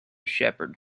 shepherd